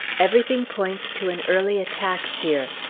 everything points to an early attack here.